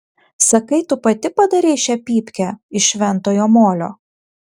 sakai tu pati padarei šią pypkę iš šventojo molio